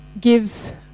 gives